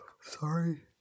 Sorry